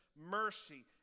mercy